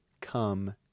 come